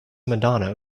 madonna